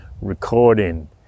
recording